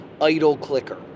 idle-clicker